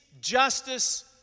justice